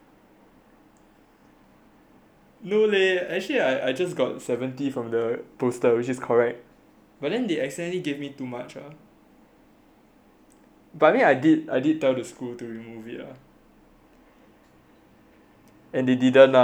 no leh actually I I just got seventy from the poster which is correct but then they accidently gave me too much ah but I mean I did I did tell the school to remove it lah and they didn't lah so I don't think it's on me loh